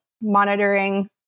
monitoring